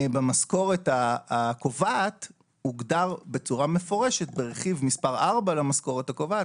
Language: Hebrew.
במשכורת הקובעת הוגדר בצורה מפורשת ברכיב מס' 4 למשכורת הקובעת,